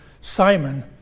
Simon